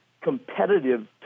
competitive